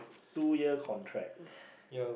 two year contract